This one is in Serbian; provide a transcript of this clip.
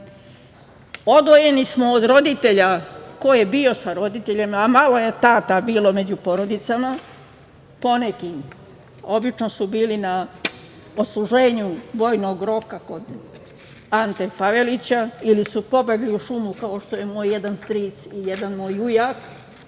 godine. Odvojeni smo od roditelja, ko je bio sa roditeljima, a malo je tata bilo među porodicama, poneki, obično su bili na odsluženju vojnog roka kod Ante Pavelića ili su pobegli u šumu kao što je moj jedan stric i jedan moj ujak,